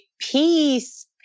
peace